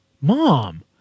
Mom